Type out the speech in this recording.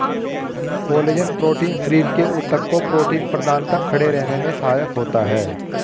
collagen protein शरीर के ऊतक को प्रोटीन प्रदान कर खड़े रहने में सहायक होता है